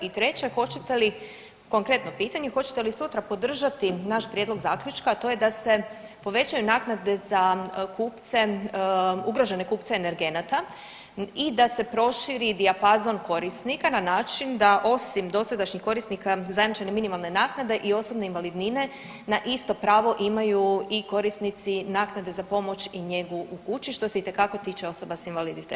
I treće, hoćete li, konkretno pitanje, hoćete li sutra podržati naš prijedlog zaključka, a to je da se povećaju naknade za kupce, ugrožene kupce energenata i da se proširi dijapazon korisnika na način da osim dosadašnjih korisnika zajamčene minimalne naknade i osobne invalidnine na isto pravo imaju i korisnici naknade za pomoć i njegu u kući, što se itekako tiče osoba s invaliditetom.